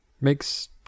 makes